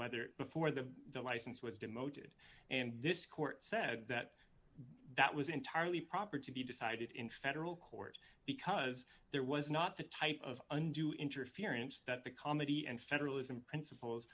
whether before the license was demoted and this court said that that was entirely proper to be decided in federal court because there was not the type of undue interference that the comedy and federalism principles